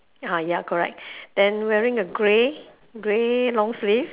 ah ya correct then wearing a grey grey long sleeve